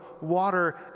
water